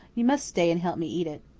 you must stay and help me eat it.